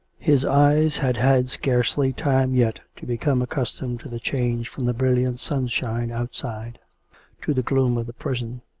his eyes had had scarcely time yet to become accustomed to the change from the brilliant sunshine outside to the gloom of the prison.